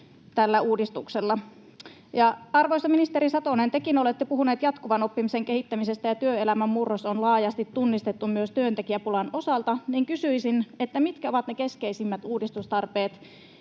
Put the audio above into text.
tällä uudistuksella. Arvoisa ministeri Satonen, tekin olette puhunut jatkuvan oppimisen kehittämisestä, ja työelämän murros on laajasti tunnistettu myös työntekijäpulan osalta. Kysyisin: mitkä ovat ne keskeisimmät uudistustarpeet